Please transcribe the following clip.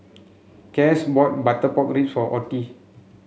Cas bought butter pork so Ottie